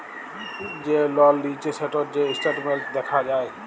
যে লল লিঁয়েছে সেটর যে ইসট্যাটমেল্ট দ্যাখা যায়